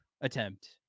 attempt